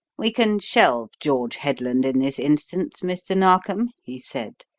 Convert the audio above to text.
we can shelve george headland in this instance, mr. narkom, he said,